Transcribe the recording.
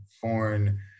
foreign